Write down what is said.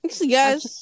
yes